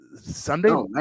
Sunday